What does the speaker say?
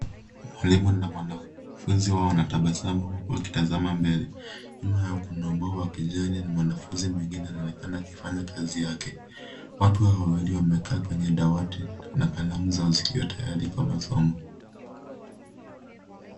Mwalimu na mwanafunzi wao wanatabasamu huku wakitazama mbele. Nyuma yao kuna ubao wa kijani na mwanafunzi mwingine anaonekana akifanya kazi yake. Watu hawa wawili wamekaa kwenye dawati na kalamu zao zikiwa tayari kwa masomo.